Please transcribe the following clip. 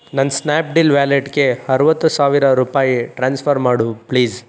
ನನ್ನ Snapdeal ವ್ಯಾಲೆಟ್ಗೆ ಅರವತ್ತು ಸಾವಿರ ರೂಪಾಯಿ ಟ್ರಾನ್ಸ್ಫರ್ ಮಾಡು ಪ್ಲೀಸ್